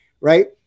right